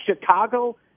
Chicago